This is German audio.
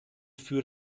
für